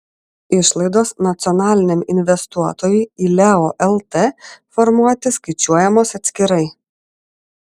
išlaidos nacionaliniam investuotojui į leo lt formuoti skaičiuojamos atskirai